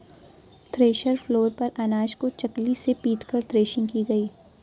thresher floor पर अनाज को चकली से पीटकर थ्रेसिंग की गई